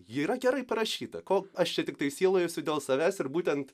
jį yra gerai parašyta ko aš čia tiktai sielojuosi dėl savęs ir būtent